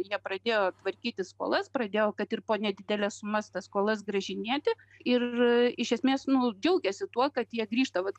jie pradėjo tvarkytis solas pradėjo kad ir po nedideles sumas tas skolas gražinėti ir iš esmės nu džiaugiasi tuo kad jie grįžta vat